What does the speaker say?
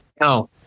No